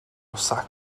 osaka